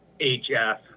HF